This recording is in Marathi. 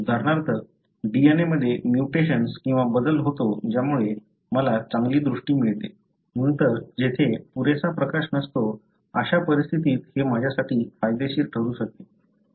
उदाहरणार्थ DNA मध्ये म्युटेशन्स किंवा बदल होतो ज्यामुळे मला चांगली दृष्टी मिळते नंतर जेथे पुरेसा प्रकाश नसतो अशा परिस्थितीत हे माझ्यासाठी फायदेशीर ठरू शकते